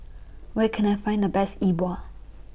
Where Can I Find The Best E Bua